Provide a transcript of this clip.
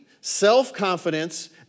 self-confidence